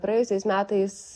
praėjusiais metais